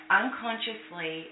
unconsciously